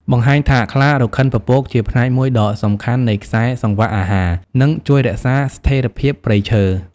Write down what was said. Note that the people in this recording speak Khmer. បង្ហាញថាខ្លារខិនពពកជាផ្នែកមួយដ៏សំខាន់នៃខ្សែសង្វាក់អាហារ និងជួយរក្សាស្ថិរភាពព្រៃឈើ។